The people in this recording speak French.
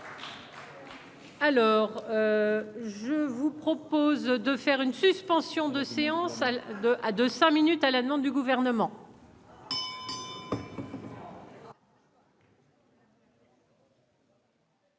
Alors je vous propose de faire une suspension de séance à deux à de 5 minutes à la demande du gouvernement.